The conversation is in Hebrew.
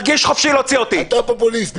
אתה פופוליסט.